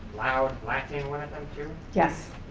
loud latin one of them too? yes,